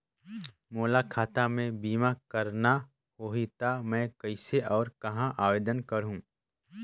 मोला खाता मे बीमा करना होहि ता मैं कइसे और कहां आवेदन करहूं?